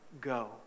go